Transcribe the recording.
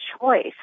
choice